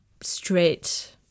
straight